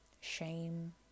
shame